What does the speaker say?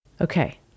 Okay